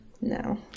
No